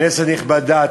כנסת נכבדה,